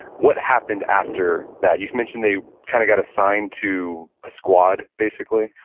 what happened after that? you mentioned they kind of got assigned to a squad basically?